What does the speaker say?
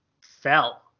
fell